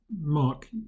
Mark